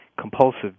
compulsive